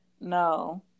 No